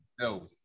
No